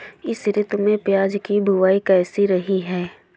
इस ऋतु में प्याज की बुआई कैसी रही है?